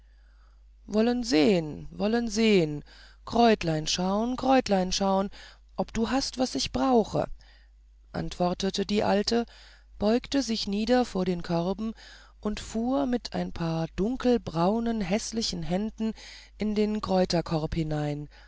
wollen sehen wollen sehen kräutlein schauen kräutlein schauen ob du hast was ich brauche antwortete die alte beugte sich nieder vor den körben und fuhr mit ein paar dunkelbraunen häßlichen händen in den kräuterkorb hinein